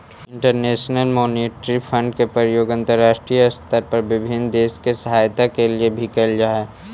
international monetary fund के प्रयोग अंतरराष्ट्रीय स्तर पर विभिन्न देश के सहायता के लिए भी कैल जा हई